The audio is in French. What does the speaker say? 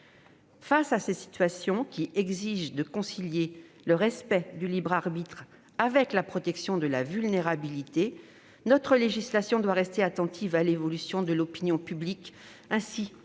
Face à ces situations qui exigent de concilier respect du libre arbitre et protection de la vulnérabilité, notre législation doit rester attentive aux attentes de l'opinion publique, ainsi qu'aux évolutions